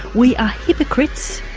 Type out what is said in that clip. we are hypocrites